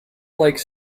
like